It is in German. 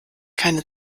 keine